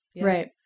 Right